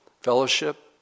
fellowship